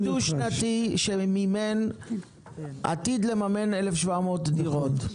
יש תקציב דו שנתי שעתיד לממן 1,700 דירות.